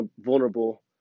vulnerable